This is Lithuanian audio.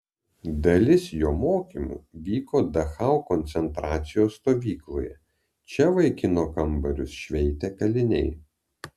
dalis jo mokymų vyko dachau koncentracijos stovykloje čia vaikino kambarius šveitė kaliniai